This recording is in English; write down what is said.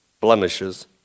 blemishes